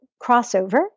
crossover